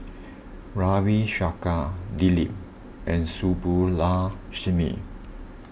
Ravi Shankar Dilip and Subbulakshmi